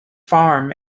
farm